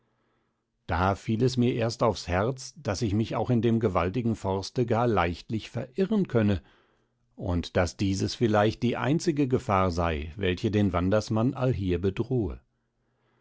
da fiel es mir erst aufs herz daß ich mich auch in dem gewaltigen forste gar leichtlich verirren könne und daß dieses vielleicht die einzige gefahr sei welche den wandersmann allhier bedrohe